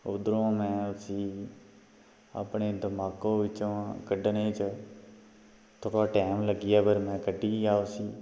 उद्धरुं में उसी अपने दमाका बिच्चू कड्ढने च थोह्ड़ा टैम लग्गी गेआ पर में कड्ढी गेआ उसी